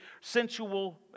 sensual